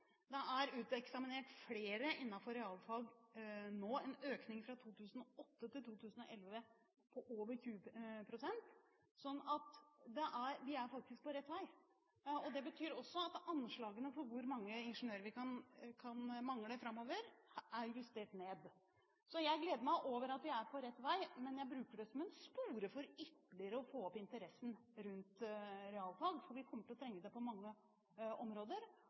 Det er uteksaminert flere innenfor realfag nå – en økning fra 2008 til 2011 på over 20 pst. Så vi er faktisk på rett vei. Det betyr også at anslagene for hvor mange ingeniører vi kan mangle framover, er justert ned. Jeg gleder meg over at vi er på rett vei, men jeg bruker det som en spore for ytterligere å få opp interessen rundt realfag, for vi kommer til å trenge det på mange områder.